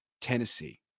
Tennessee